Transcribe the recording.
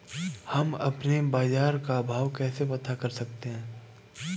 हम अपने बाजार का भाव कैसे पता कर सकते है?